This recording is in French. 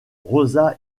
rosa